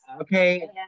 Okay